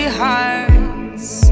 hearts